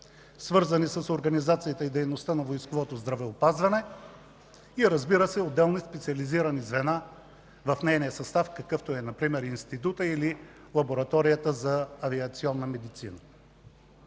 свързани с организацията и дейността на войсковото здравеопазване и, разбира се, отделни специализирани звена в нейния състав, каквито са например института или лабораторията за авиационна медицина.